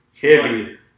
heavy